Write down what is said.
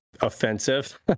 offensive